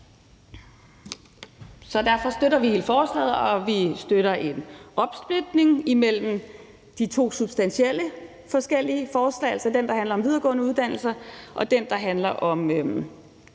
Derfor støtter vi hele forslaget, og vi støtter en opsplitning imellem de to substantielt forskellige forslag, altså det, der handler om videregående uddannelser, og det, der handler om